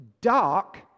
dark